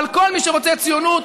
אבל כל מי שרוצה ציונות,